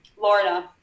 Lorna